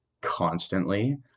constantly